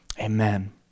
amen